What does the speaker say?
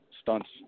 stunts